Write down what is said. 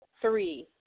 Three